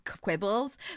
quibbles